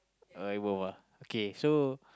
I go home ah okay so